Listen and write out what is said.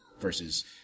Versus